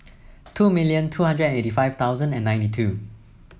two million two hundred and eighty five thousand and ninety two